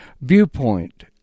viewpoint